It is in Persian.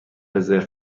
رزرو